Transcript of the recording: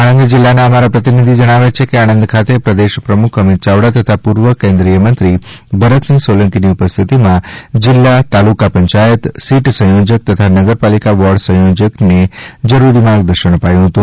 આનંદ જિલ્લા ના અમારા પ્રતિનિધિ જણાવે છે કે આણંદ ખાતે પ્રદેશ પ્રમુખ અમિત યાવડા તથા પૂર્વ કેન્દ્રીય મંત્રી ભરતસિંહ સોલંકીની ઉપસ્થિતીમાં જિલ્લા તાલુકા પંચાયત સીટ સંયોજક તથા નગરપાલિકા વોર્ડ સંયોજકને જરૂરી માર્ગદર્શન અપાયુ હતું